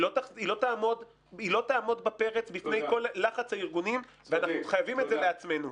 היא לא תעמוד בפרץ בפני לחץ הארגונים ואנחנו חייבים את זה לעצמנו.